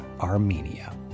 Armenia